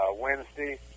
Wednesday